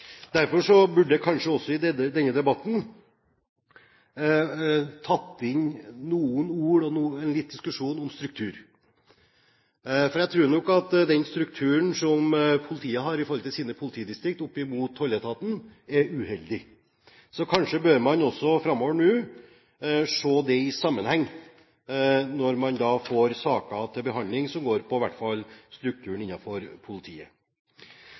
Derfor burde vi kanskje også i denne debatten tatt inn noen ord og hatt litt diskusjon om struktur. For jeg tror nok at den strukturen som politidistrikter har opp mot tolletaten, er uheldig. Man bør kanskje se det i sammenheng framover, i hvert fall når man får saker til behandling som går på strukturen innenfor politiet.